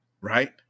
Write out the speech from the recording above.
right